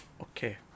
Okay